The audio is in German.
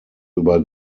über